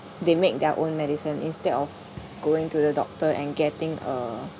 they make their own medicine instead of going to the doctor and getting a